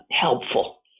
helpful